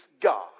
God